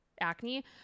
Acne